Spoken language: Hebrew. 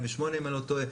ב-2008 אם אני לא טועה,